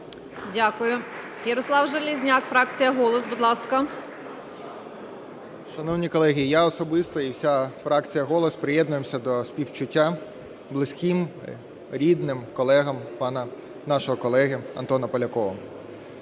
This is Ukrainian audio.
Дякую. Ярослав Железняк, фракція "Голос", будь ласка. 11:44:34 ЖЕЛЕЗНЯК Я.І. Шановні колеги, я особисто і вся фракція "Голос" приєднуємося до співчуття близьким, рідним, колегам пана нашого колеги Антона Полякова.